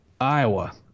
Iowa